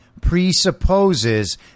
presupposes